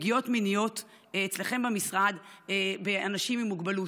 לפגיעות מיניות אצלכם במשרד לאנשים עם מוגבלות,